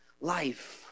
life